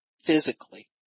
physically